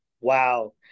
wow